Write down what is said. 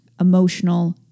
emotional